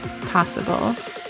possible